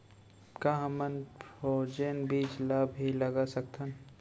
का हमन फ्रोजेन बीज ला भी लगा सकथन?